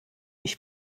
ich